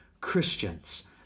Christians